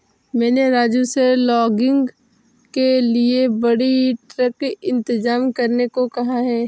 मैंने राजू से लॉगिंग के लिए बड़ी ट्रक इंतजाम करने को कहा है